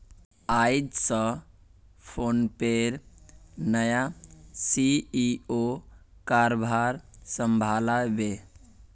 आइज स फोनपेर नया सी.ई.ओ कारभार संभला बे